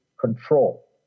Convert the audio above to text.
control